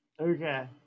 Okay